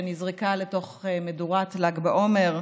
שנזרקה לתוך מדורת ל"ג בעומר,